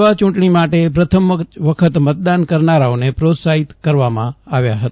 લોકસભા ચૂંટણી માટે પ્રથમ વખત જ મતદાન કરનારાઓને પ્રોત્સાફિત કરવામાં આવ્યા હતા